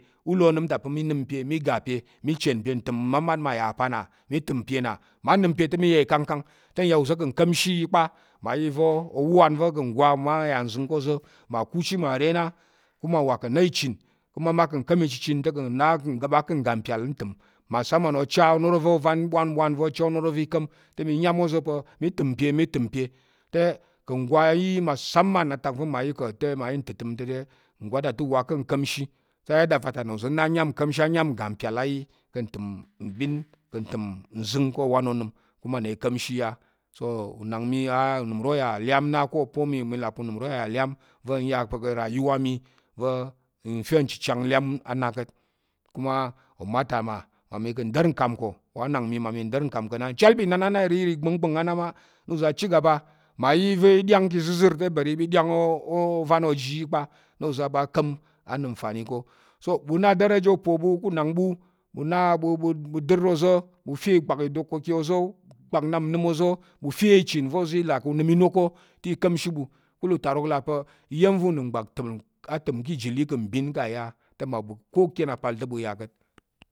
U là onəm ta pe mi ga pe mi chen pe, ntəm matmat mma yà pa̱ nna, mma nəm pe te mi ya ikangkang te n ya uza̱ ka̱ nka̱mshi kpa mmayi va̱ owuwan va̱ ka̱ ngwa mma yà nzəng ká̱ oza̱ mma ku chit mma re na kuma uwa ka̱ na ichen kuma mma ka̱ nka̱m ichichen te ka̱ na ka̱ m ɓa ka̱ ngga mpyal ntəm, masamam ocha ovan va̱ mbwabwan mbwabwan oma̱ro va̱ i ka̱m te mi nyam oza̱ pa̱ mi təm pe mi təm pe te ka̱ angwa yi masamam atak va̱ ma yi ká̱ mi yi ntətəm ngwan ta te, uwa ká̱ nka̱mshi te yada va ta na uva̱ nyam ka̱mshi ayam ngga mpyal á yi ka̱ ntəm mbin ka̱ ntəm nzəng ko owan onəm kuma nna i ka̱mshi á. So unang mi unəm uro yà lyam na ká̱ opo mi, mi là pa̱ uro yà lyam, va̱ n ya pa̱ ka̱ rayuwa mi va̱ nfe chichang lyam na ka̱t á na kuma oma ta mmami ka̱ ɗa̱r nkam ko wa anung mmami ka̱ nɗa̱r nkam ko nchal pa̱ inan á na irirì igbá̱ngba̱ng á na mma na uza̱ a chigaba mmayi va̱ i ɗyang ka̱ ìzəzər te i ɓa i ɗyang ovan o ji yi kpa na oza̱ a ɓa a ka̱m a nəm nfani ko, so ɓu na aderaje upo ɓu ká̱ unang ɓu kpak nnap nnəm oza̱ ɓu fe ichen va̱ oza̱ i là ɓu nəm inok ko ka̱kul utarok là pa̱ iya̱m va̱ unəmgbak təm ka̱ mbin ká̱ ijili ká̱ a ya te ko u kyen apal te ɓu ya ka̱t.